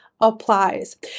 applies